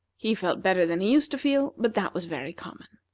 he felt better than he used to feel, but that was very common.